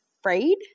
afraid